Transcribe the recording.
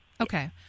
Okay